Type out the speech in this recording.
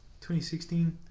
2016